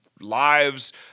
lives